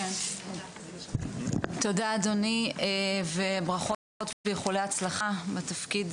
תודה אדוני וברכות ואיחולי הצלחה בתפקיד,